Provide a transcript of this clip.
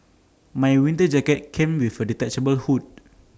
my winter jacket came with A detachable hood